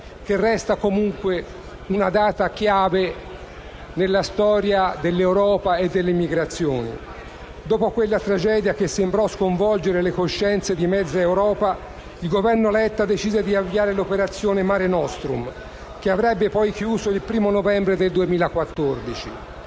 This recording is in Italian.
che resta comunque una data chiave nella storia dell'Europa e dell'immigrazione. Dopo quella tragedia, che sembrò sconvolgere le coscienze di mezza Europa, il Governo Letta decise di avviare l'operazione Mare nostrum, che avrebbe poi chiuso il 1° novembre 2014.